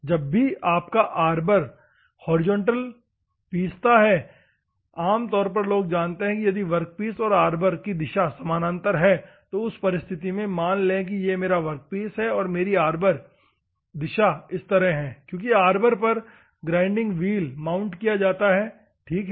जब भी आपका आर्बर हॉरिजॉन्टल पीसता है आम तौर पर लोग जानते हैं यदि आपकी वर्कपीस और आर्बर दिशा समानांतर हैं तो उस परिस्थिति में मान लें कि यह मेरा वर्कपीस है और मेरी आर्बर दिशा इस तरह है क्योंकि आर्बर पर ग्राइंडिंग व्हील माउंट किया जाता है ठीक है